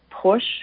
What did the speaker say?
push